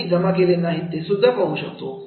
ज्यांनी जमा केले नाही ते पाहू शकतो